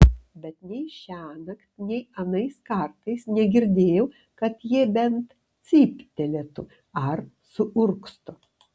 bet nei šiąnakt nei anais kartais negirdėjau kad jie bent cyptelėtų ar suurgztų